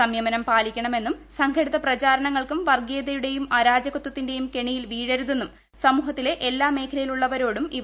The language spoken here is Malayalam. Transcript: സംയമനം പാലിക്കണമെന്നും സംഘടിത പ്രക്ടിരണങ്ങൾക്കും വർഗ്ഗീയതയുടേയും അരാജകത്വത്തിന്റെയും കെണിയിൽ വ്വീഴരുതെന്നും സമൂഹത്തിലെ എല്ലാ മേഖലകളിലുള്ളവരോടും ഇവർ അഭ്യർത്ഥിച്ചു